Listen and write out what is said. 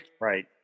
right